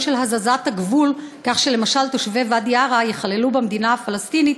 של הזזת הגבול כך שלמשל תושבי ואדי-עארה ייכללו במדינה הפלסטינית,